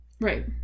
right